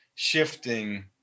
Shifting